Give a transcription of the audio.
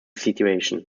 situation